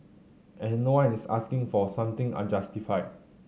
and no one is asking for something unjustified